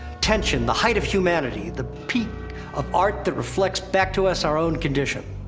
tension, the height of humanity, the peak of art that reflects back to us our own condition.